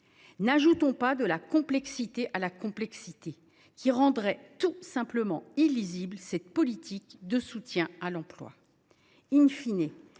N’ajoutons pas de la complexité à la complexité, en rendant tout simplement illisible notre politique de soutien à l’emploi., bien